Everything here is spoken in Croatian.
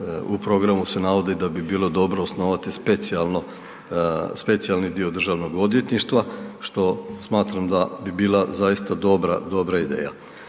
U programu se navodi da bi bilo dobro osnovati specijalni dio državnog odvjetništva što smatram da bi bila zaista dobra ideja.